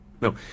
no